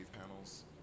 panels